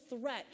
threat